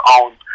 own